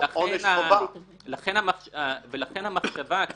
-------- ולכן המחשבה,